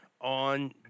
on